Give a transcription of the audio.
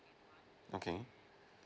okay